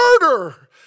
murder